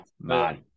man